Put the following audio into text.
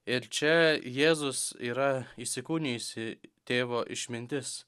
ir čia jėzus yra įsikūnijusi tėvo išmintis